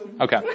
Okay